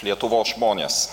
lietuvos žmonės